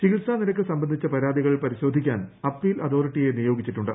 ചികിത്സാ നിരക്ക് സംബന്ധിച്ച ഏരാതീകൾ പരിശോധിക്കാൻ ്അപ്പീൽ അതോറിറ്റിയെ നിയോഗിച്ചിട്ടൂണ്ട്